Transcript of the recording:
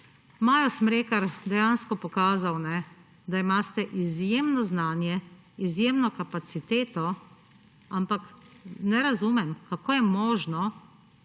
Majo Smrekar dejansko pokazali, da imate izjemno znanje, izjemno kapaciteto. Ampak ne razumem, kako je možno,